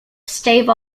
stave